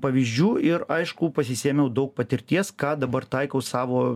pavyzdžių ir aišku pasisėmiau daug patirties ką dabar taikau savo